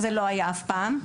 זה דבר שלא היה אף פעם.